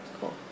Cool